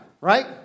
right